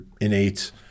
innate